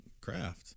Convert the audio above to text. craft